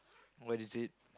what is it